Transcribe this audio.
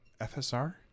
FSR